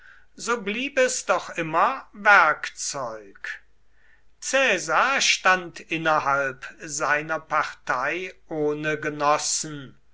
so blieb es doch immer werkzeug caesar stand innerhalb seiner partei ohne genossen